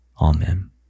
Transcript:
amen